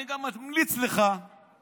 אני גם ממליץ לך לעקוב